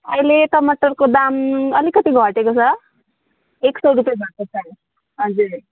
अहिले टमाटरको दाम अलिकति घटेको छ एक सौ रुपियाँ भएको छ हजुर